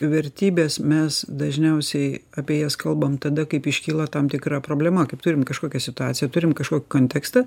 vertybes mes dažniausiai apie jas kalbam tada kaip iškyla tam tikra problema kaip turim kažkokią situaciją turim kažkokį kontekstą